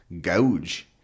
gouge